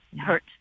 hurt